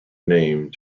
name